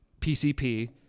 pcp